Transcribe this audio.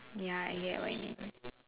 ya I get what you mean